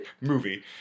movie